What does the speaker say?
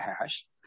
Hash